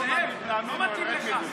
זאב, לא מתאים לך.